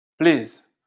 Please